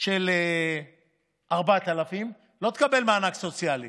של 4,000. היא לא תקבל מענק סוציאלי